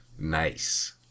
Nice